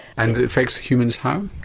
and it infects human how?